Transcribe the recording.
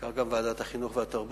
כך, גם ועדת החינוך והתרבות